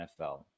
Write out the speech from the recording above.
NFL